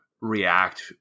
react